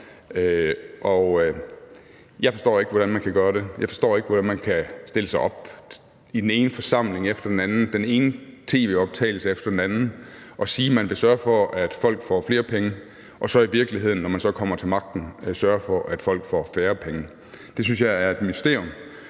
jeg forstår ikke, hvordan man kan gøre det. Jeg forstår ikke, hvordan man kan stille sig op i den ene forsamling efter den anden, den ene tv-optagelse efter den anden, og sige, at man vil sørge for, at folk får flere penge, og så sørger man i virkeligheden for, når man kommer til magten, at folk får færre penge. Det synes jeg er et mysterium.